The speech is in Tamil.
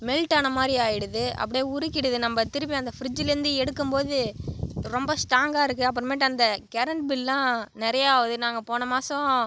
மெல்ட்டான மாதிரி ஆகிடுது அப்படியே உருகிடுது நம்ம திருப்பி அந்த ஃப்ரிட்ஜ்லருந்து எடுக்கும்போது ரொம்ப ஸ்டாங்கா கஇருக்குது அப்புறமேட்டு அந்த கெரன்ட் பில்லாம் நிறையாவுது நாங்கள் போன மாசோம்